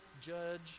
judge